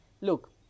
look